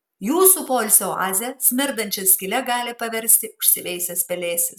jūsų poilsio oazę smirdančia skyle gali paversti užsiveisęs pelėsis